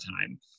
time